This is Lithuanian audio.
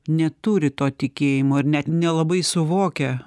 neturi to tikėjimo ir net nelabai suvokia